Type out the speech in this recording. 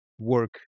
work